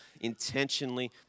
intentionally